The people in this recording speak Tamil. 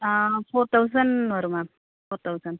ஃபோர் தௌசண்ட் வரும் மேம் ஃபோர் தௌசண்ட்